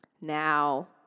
Now